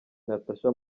natasha